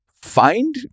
find